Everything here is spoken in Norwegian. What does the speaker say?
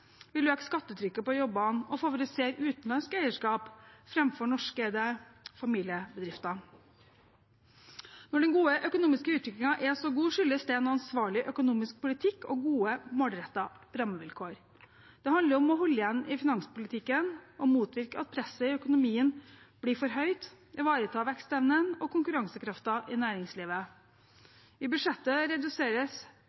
vil øke skattetrykket på jobbene og favorisere utenlandsk eierskap framfor norskeide familiebedrifter. Når den økonomiske utviklingen er så god, skyldes det en ansvarlig økonomisk politikk og gode, målrettede rammevilkår. Det handler om å holde igjen i finanspolitikken og motvirke at presset i økonomien blir for høyt, og om å ivareta vekstevnen og konkurransekraften i